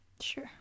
Sure